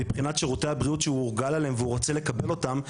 מבחינת שירוי הבריאות שהוא הורגל אליהם והוא רוצה לקבל אותם,